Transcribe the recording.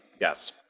yes